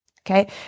okay